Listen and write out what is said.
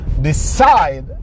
Decide